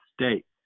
state